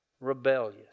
rebellious